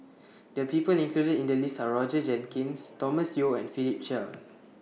The People included in The list Are Roger Jenkins Thomas Yeo and Philip Chia